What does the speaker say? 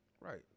right